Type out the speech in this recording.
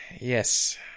Yes